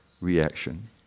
reaction